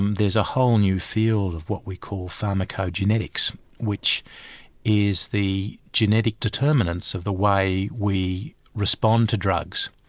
um there's a whole new field of what we call pharmaco-genetics which is the genetic determinants of the way we respond to drugs.